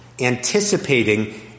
Anticipating